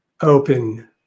open